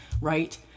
right